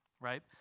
right